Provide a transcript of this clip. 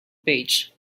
page